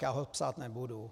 Já ho psát nebudu.